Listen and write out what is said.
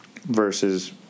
versus